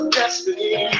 destiny